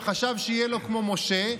הוא חשב שיהיה לו כמו משה,